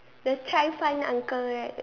the cai fan uncle right